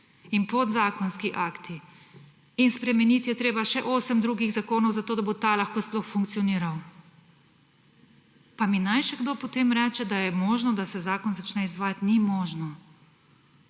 in podzakonski akti. Spremeniti je treba še osem drugih zakonov, zato da bo ta lahko sploh funkcioniral. Pa mi naj še kdo potem reče, da je možno, da se zakon začne izvajati. Ni možno.